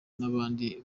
n’abandi